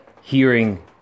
hearing